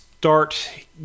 start